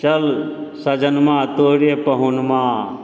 चल सजनमा तोरे पहुनमा